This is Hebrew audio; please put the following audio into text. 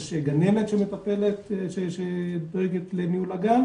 יש גננת שמטפלת שדואגת לניהול הגן